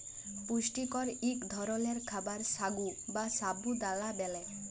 পুষ্টিকর ইক ধরলের খাবার সাগু বা সাবু দালা ব্যালে